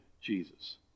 Jesus